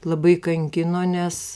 labai kankino nes